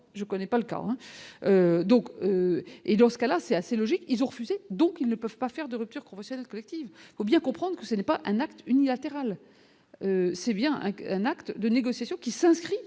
moi je connais pas le cas, donc, et dans ce cas-là, c'est assez logique, ils ont refusé, donc ils ne peuvent pas faire de ruptures conventionnelles collectives, faut bien comprendre que ce n'est pas un acte unilatéral, c'est bien avec un acte de négociations qui s'inscrit